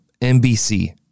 NBC